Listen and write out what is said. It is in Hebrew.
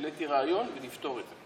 והעליתי רעיון, ונפתור את זה.